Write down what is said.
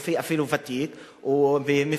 אפילו רופא ותיק ומפורסם,